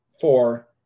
four